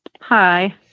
Hi